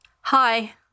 hi